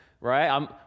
right